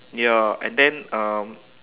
ya and then um